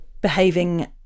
behaving